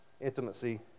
intimacy